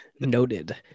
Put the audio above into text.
Noted